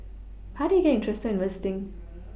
how did you get interested in investing